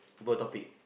topic